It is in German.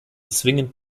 zwingend